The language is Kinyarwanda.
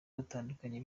batandukanye